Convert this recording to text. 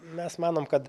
mes manom kad